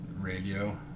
radio